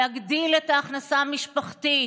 להגדיל את ההכנסה המשפחתית,